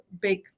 big